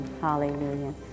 Hallelujah